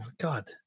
God